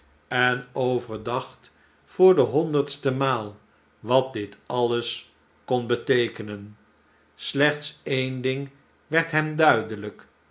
en overdacht voor de honderdste maal wat dit alles kon beteekenen slechts een ding werd hem duidelijk